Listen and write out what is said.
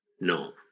no